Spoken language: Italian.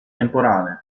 temporale